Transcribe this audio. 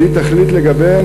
והיא תחליט לגביהן.